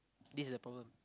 this is the problem